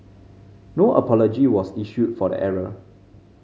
no apology was issued for the error